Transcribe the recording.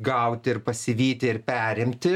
gauti ir pasivyti ir perimti